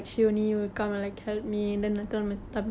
oh that's so cute